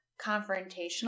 confrontational